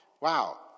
Wow